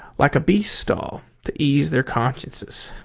like a beast's stall, to ease their consciences.